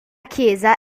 chiesa